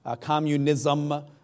communism